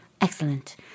Excellent